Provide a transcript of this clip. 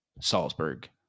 Salzburg